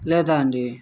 లేదా అండి